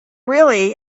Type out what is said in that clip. really